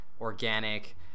organic